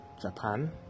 Japan